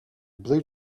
blue